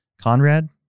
Conrad